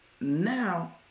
now